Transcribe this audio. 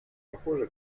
похоже